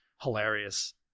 hilarious